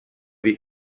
the